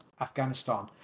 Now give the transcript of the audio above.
Afghanistan